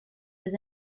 was